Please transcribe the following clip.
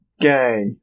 gay